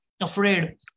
Afraid